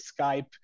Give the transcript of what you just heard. Skype